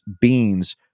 beans